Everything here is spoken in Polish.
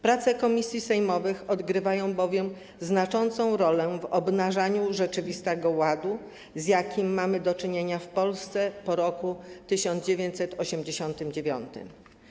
Prace komisji sejmowych odgrywają bowiem znaczącą rolę w obnażaniu rzeczywistego ładu, z jakim mamy do czynienia w Polsce po roku 1989.